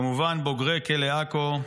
כמובן בוגרי כלא עכו,